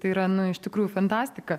tai yra nu iš tikrųjų fantastika